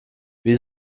wie